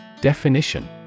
Definition